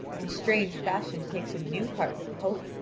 in strange fashion takes a new heart of hope,